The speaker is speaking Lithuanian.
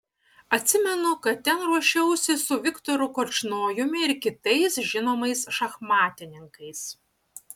atsimenu kad ten ruošiausi su viktoru korčnojumi ir kitais žinomais šachmatininkais